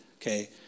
okay